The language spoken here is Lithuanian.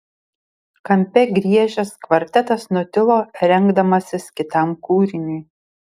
kampe griežęs kvartetas nutilo rengdamasis kitam kūriniui